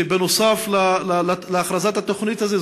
נוסף על הכרזת התוכנית הזאת,